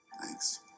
Thanks